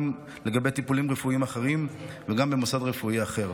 גם לגבי טיפולים רפואיים אחרים וגם במוסד רפואי אחר,